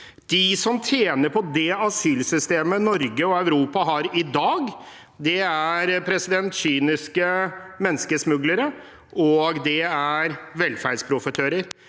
De som tjener på det asylsystemet Norge og Europa har i dag, er kyniske menneskesmuglere, og det er velferdsprofitører.